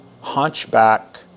hunchback